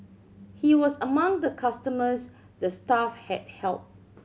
he was among the customers the staff had helped